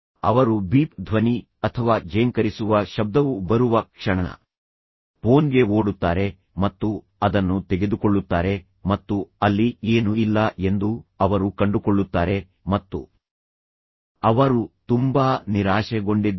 ಅವರು ಬೀಪ್ ಧ್ವನಿ ಅಥವಾ ಝೇಂಕರಿಸುವ ಶಬ್ದವು ಬರುವ ಕ್ಷಣ ಫೋನ್ಗೆ ಓಡುತ್ತಾರೆ ಮತ್ತು ಅದನ್ನು ತೆಗೆದುಕೊಳ್ಳುತ್ತಾರೆ ಮತ್ತು ಅಲ್ಲಿ ಏನೂ ಇಲ್ಲ ಎಂದು ಅವರು ಕಂಡುಕೊಳ್ಳುತ್ತಾರೆ ಮತ್ತು ಅವರು ತುಂಬಾ ನಿರಾಶೆಗೊಂಡಿದ್ದಾರೆ